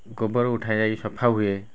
ଗୋବର ଉଠାଯାଇ ସଫା ହୁଏ